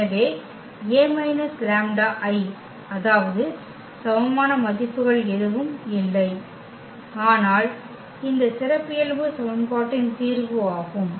எனவே A λI அதாவது சமமான மதிப்புகள் எதுவும் இல்லை ஆனால் இந்த சிறப்பியல்பு சமன்பாட்டின் தீர்வு ஆகும்